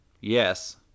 yes